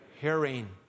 hearing